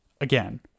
Again